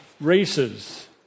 races